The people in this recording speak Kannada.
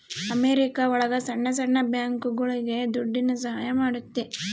ಅಮೆರಿಕ ಒಳಗ ಸಣ್ಣ ಸಣ್ಣ ಬ್ಯಾಂಕ್ಗಳುಗೆ ದುಡ್ಡಿನ ಸಹಾಯ ಮಾಡುತ್ತೆ